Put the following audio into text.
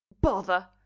Bother